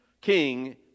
king